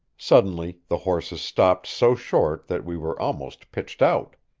suddenly the horses stopped so short that we were almost pitched out.